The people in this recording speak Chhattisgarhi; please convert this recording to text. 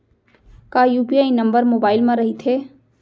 का यू.पी.आई नंबर मोबाइल म रहिथे?